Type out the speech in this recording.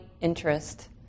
interest